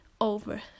over